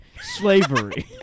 Slavery